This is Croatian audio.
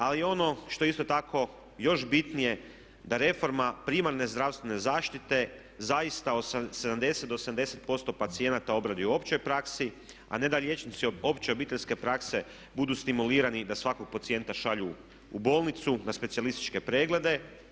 Ali ono što je isto tako još bitnije da reforma primarne zdravstvene zaštite zaista 70 do 80% pacijenata obradi u općoj praksi a ne da liječnici opće obiteljske prakse budu stimulirani da svakog pacijenta šalju u bolnicu na specijalističke preglede.